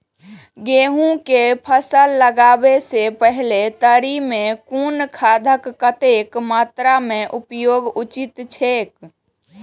गेहूं के फसल लगाबे से पेहले तरी में कुन खादक कतेक मात्रा में उपयोग उचित छेक?